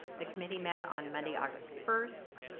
the committee met on monday, august first.